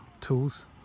tools